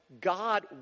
God